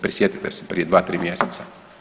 Prisjetite se prije 2-3 mjeseca.